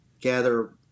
gather